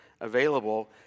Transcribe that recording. available